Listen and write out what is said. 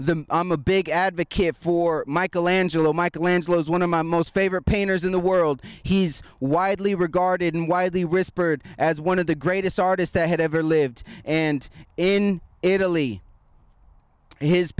the i'm a big advocate for michelangelo michelangelo's one of my most favorite painters in the world he's widely regarded and widely respected as one of the greatest artists that had ever lived and in italy his